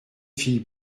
filles